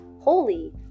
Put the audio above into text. holy